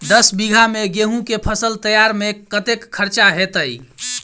दस बीघा मे गेंहूँ केँ फसल तैयार मे कतेक खर्चा हेतइ?